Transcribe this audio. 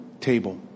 table